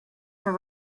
for